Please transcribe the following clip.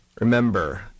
Remember